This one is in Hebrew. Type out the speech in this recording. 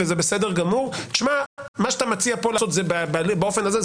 וזה בסדר גמור: מה שאתה מציע פה לעשות באופן הזה,